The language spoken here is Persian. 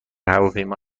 هواپیما